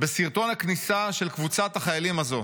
בסרטון הכניסה של קבוצת החיילים הזו.